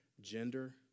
gender